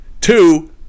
Two